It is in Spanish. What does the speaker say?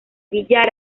billar